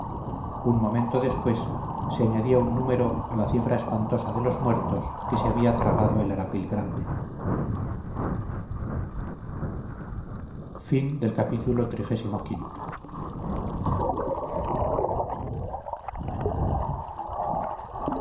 un momento después se añadía un número a la cifra espantosa de los muertos que se había tragado el arapil grande